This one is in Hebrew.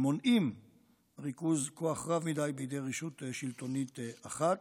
המונעים ריכוז כוח רב מדי בידי רשות שלטונית אחת".